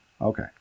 okay